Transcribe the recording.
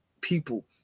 people